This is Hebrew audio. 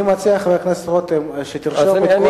אני מציע, חבר הכנסת רותם, שאותן